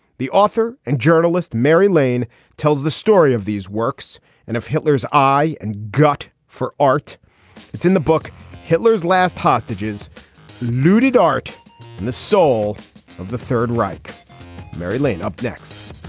the author and journalist mary lane tells the story of these works and if hitler's eye and got for art it's in the book hitler's last hostages looted art the soul of the third reich mary lane. up next